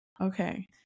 Okay